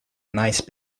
nice